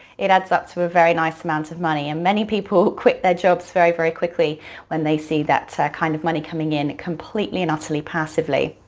it adds up to a very nice amount of money and many people quit their jobs very, very quickly when they see that so kind of money coming in completely and utterly passively,